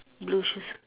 blue shoes